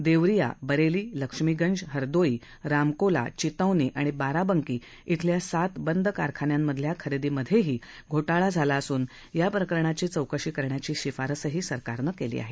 देवरिया बरेली लक्ष्मीगंज हरदोई रामकोला चित्तौनी आणि बाराबंकी शिल्या सात बंद साखर कारखान्यांमधल्या खरेदीमधेही घोटाळा झाला असून याप्रकरणाची चौकशी करण्याची शिफारसही सरकारनं केली आहे